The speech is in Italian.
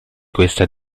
questa